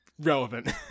relevant